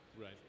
Right